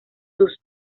sus